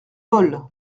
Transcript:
molle